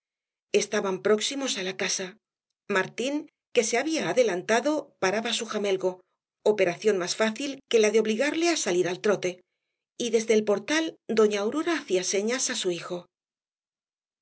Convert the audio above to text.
estaban próximos á la casa martín que se había adelantado paraba su jamelgo operación más fácil que la de obligarle á salir al trote y desde el portal doña aurora hacía señas á su hijo